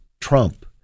Trump